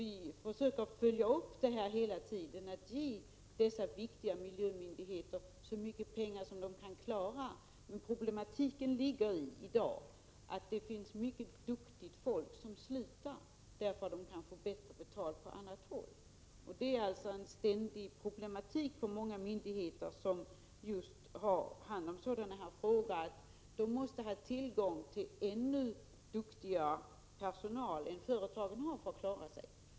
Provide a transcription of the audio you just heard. Vi försöker hela tiden att följa upp detta genom att ge de viktiga miljömyndigheterna så mycket pengar som de meningsfullt kan använda. Ett problem för oss är dock att duktigt folk ofta slutar därför att man kan få bättre betalt på annat håll. Det är ett ständigt problem för många myndigheter som har hand om sådana här frågor att de för att klara sina uppgifter måste ha tillgång till ännu duktigare personal än företagen.